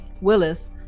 Willis